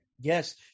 yes